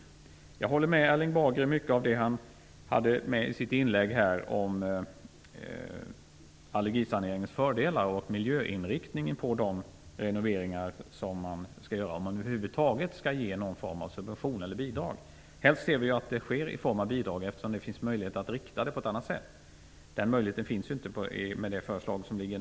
Jag håller med om mycket av det som Erling Bager sade i sitt inlägg om allergisaneringens fördelar och miljöinriktningen på de renoveringar som skall göras, om det över huvud taget skall ges någon form av subvention eller bidrag. Helst ser vi att det sker i form av bidrag, eftersom det finns möjlighet att rikta det på ett annat sätt. Den möjligheten finns inte med det förslag som nu ligger.